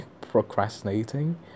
procrastinating